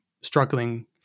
struggling